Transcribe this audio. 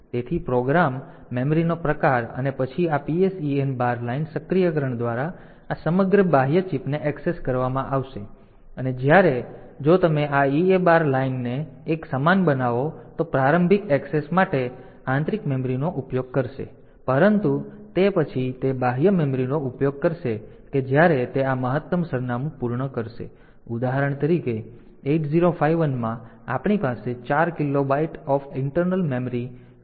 તેથી પ્રોગ્રામ મેમરીનો પ્રકાર અને પછી આ PSEN બાર લાઇન સક્રિયકરણ દ્વારા આ સમગ્ર બાહ્ય ચિપને ઍક્સેસ કરવામાં આવશે અને જ્યારે જો તમે આ EA બાર લાઇનને એક સમાન બનાવો તો પ્રારંભિક ઍક્સેસ માટે તે આંતરિક મેમરીનો ઉપયોગ કરશે પરંતુ તે પછી તે બાહ્ય મેમરીનો ઉપયોગ કરશે કે જ્યારે તે આ મહત્તમ સરનામું પૂર્ણ કરશે ઉદાહરણ તરીકે 8051 માં આપણી પાસે 4 kilobyte of internal memory આંતરિક ROM છે